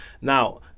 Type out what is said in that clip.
Now